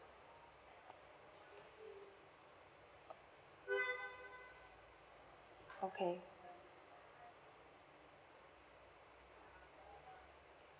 okay